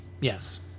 Yes